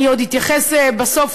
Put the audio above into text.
אני עוד אתייחס בסוף,